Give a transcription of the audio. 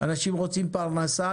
אנשים רוצים פרנסה,